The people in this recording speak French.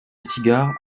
cigares